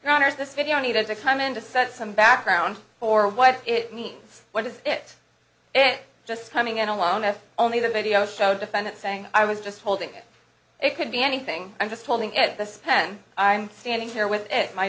runners this video needed to come in to set some background for what it means what is it and just coming in along with only the video so defendant saying i was just holding it it could be anything i'm just holding at this pen i'm standing here with my